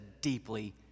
deeply